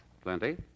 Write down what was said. Plenty